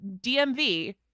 DMV